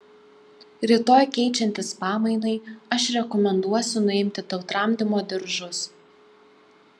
rytoj keičiantis pamainai aš rekomenduosiu nuimti tau tramdymo diržus